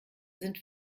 sind